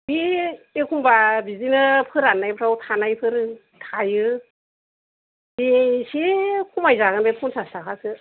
बे एखमबा बिदिनो फोराननायफ्राव थानायफोर थायो दे एसे खमायजागोन बे फनसास थाखासो